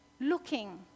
looking